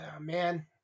man